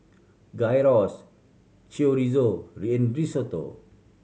Gyros Chorizo Risotto